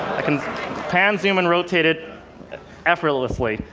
i can pan, zoom and rotate it effortlessly.